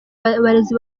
barezi